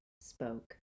spoke